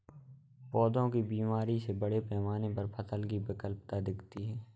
पौधों की बीमारी से बड़े पैमाने पर फसल की विफलता दिखती है